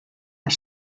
are